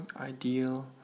ideal